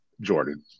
Jordan